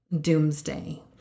doomsday